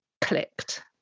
clicked